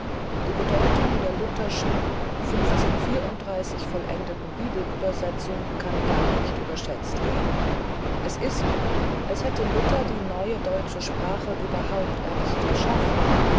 die bedeutung der lutherschen vollendeten bibelübersetzung kann nicht überschätzt werden es ist als hätte luther die neue deutsche sprache überhaupt erst geschaffen